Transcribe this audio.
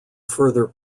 further